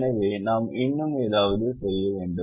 எனவே நாம் இன்னும் ஏதாவது செய்கிறோம்